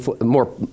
more